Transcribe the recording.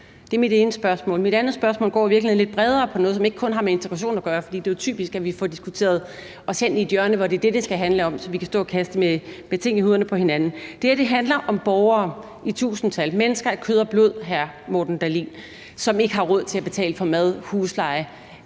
Det er mit ene spørgsmål. Mit andet spørgsmål går i virkeligheden lidt bredere på noget, som ikke kun har med integration at gøre, for det er typisk, at vi får diskuteret os hen i et hjørne, hvor det er det, det skal handle om, så vi kan stå og kaste ting i hovedet på hinanden. Det her handler om borgere i tusindtal, mennesker af kød og blod, hr. Morten Dahlin, som ikke har råd til at betale for mad, husleje,